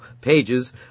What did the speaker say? pages